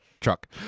truck